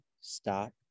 stop